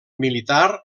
militar